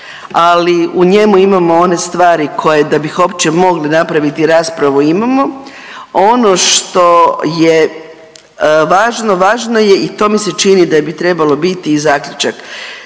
ali u njemu imamo one stvari koje da bi uopće mogli napraviti raspravu imamo. Ono što je važno, važno je i to mi se čini da bi trebalo biti i zaključak.